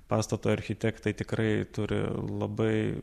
pastato architektai tikrai turi labai